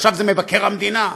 עכשיו זה מבקר המדינה.